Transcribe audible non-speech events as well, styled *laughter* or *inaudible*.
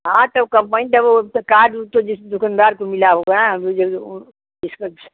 हाँ तो कंपनी का वह कार्ड उ र्ड तो जिस दुकानदार को मिला होगा *unintelligible* वह जब *unintelligible*